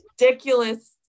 ridiculous